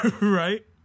right